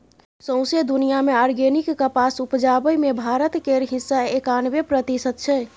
सौंसे दुनियाँ मे आर्गेनिक कपास उपजाबै मे भारत केर हिस्सा एकानबे प्रतिशत छै